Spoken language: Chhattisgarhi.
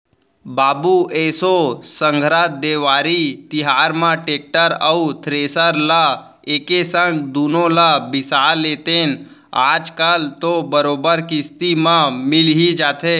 बाबू एसो संघरा देवारी तिहार म टेक्टर अउ थेरेसर ल एके संग दुनो ल बिसा लेतेन आज कल तो बरोबर किस्ती म मिल ही जाथे